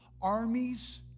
armies